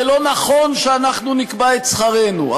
זה לא נכון שאנחנו נקבע את שכרנו.